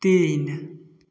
तीन